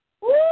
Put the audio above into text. Woo